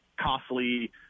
costly